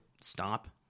stop